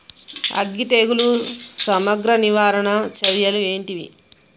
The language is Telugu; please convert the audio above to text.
అగ్గి తెగులుకు సమగ్ర నివారణ చర్యలు ఏంటివి?